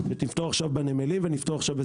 נפתור בנמלים ונפתור פה ונפתור שם,